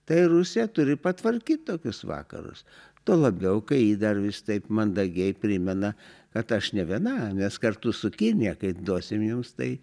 tai rusija turi patvarkyt tokius vakarus tuo labiau kai ji dar vis taip mandagiai primena kad aš ne viena mes kartu su kinija kai duosim jums tai